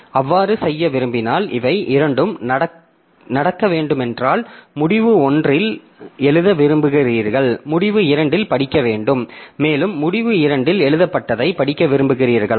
அவ்வாறு செய்ய விரும்பினால் இவை இரண்டும் நடக்க வேண்டுமென்றால் முடிவு 1 இல் எழுத விரும்புகிறீர்கள் முடிவு 2 இல் படிக்க வேண்டும் மேலும் முடிவு 2 இல் எழுதப்பட்டதை படிக்க விரும்புகிறீர்களா